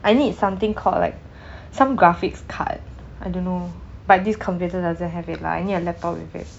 I need something called like some graphics card I don't know but this computer doesn't have it lah I need a laptop with it